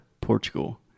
Portugal